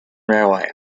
railway